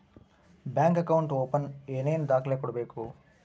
Bank account open ಏನೇನು ದಾಖಲೆ ಕೊಡಬೇಕು?